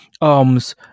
arms